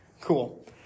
Cool